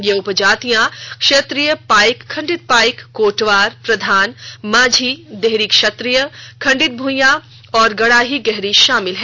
ये उपजातियां क्षत्रीय पाईक खंडित पाईक कोटवार प्रधान मांझी देहरी क्षत्रीय खंडित भुईयां और गड़ाही गहरी शामिल हैं